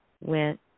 went